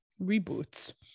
reboots